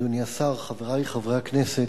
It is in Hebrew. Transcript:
אדוני השר, חברי חברי הכנסת,